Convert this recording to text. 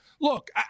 Look